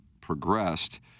progressed